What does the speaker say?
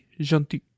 gentil